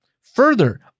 Further